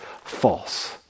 false